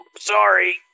Sorry